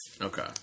Okay